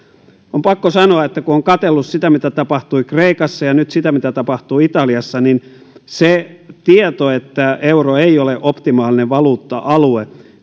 on pakko sanoa kun on katsellut sitä mitä tapahtui kreikassa ja nyt sitä mitä tapahtuu italiassa että se tieto se käsitys että euro ei ole optimaalinen valuutta alue